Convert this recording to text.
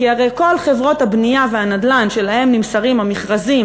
כי הרי כל חברות הבנייה והנדל"ן שלהן נמסרים המכרזים